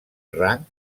rang